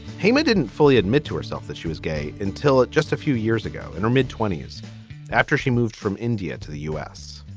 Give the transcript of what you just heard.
hey, i didn't fully admit to herself that she was gay until it just a few years ago in her mid twenty s after she moved from india to the u s.